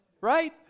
Right